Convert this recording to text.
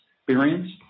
experience